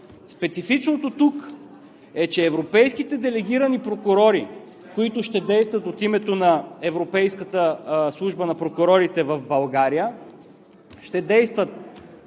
Специфичното тук е, че европейските делегирани прокурори, които ще действат от името на Европейската служба на прокурорите в България, ще действат